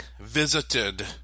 visited